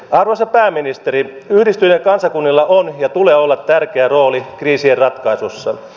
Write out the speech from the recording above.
arvoisa pääministeri yhdistyneillä kansakunnilla on ja tulee olla tärkeä rooli kriisien ratkaisuissa